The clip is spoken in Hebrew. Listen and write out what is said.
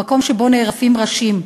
במקום שבו נערפים ראשים.